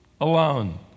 Alone